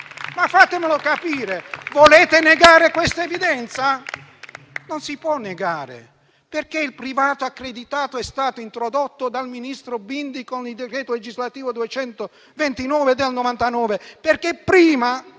Fatemelo capire, volete negare questa evidenza? Non si può negare, perché il privato accreditato è stato introdotto dal ministro Bindi con il decreto legislativo n. 229 del 1999, perché prima